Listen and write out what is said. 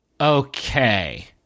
Okay